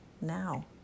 now